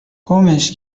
گمش